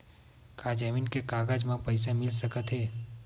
का जमीन के कागज म पईसा मिल सकत हे?